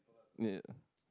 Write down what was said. ya